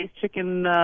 chicken